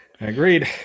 Agreed